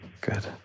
Good